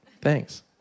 Thanks